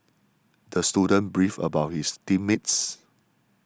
the student beefed about his team mates